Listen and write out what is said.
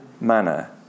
manner